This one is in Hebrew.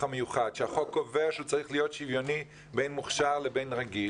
המיוחד כשהחוק קובע שהוא צריך להיות שוויוני בין מוכשר לבין רגיל.